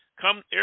Come